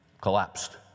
collapsed